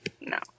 No